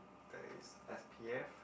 there is S_P_F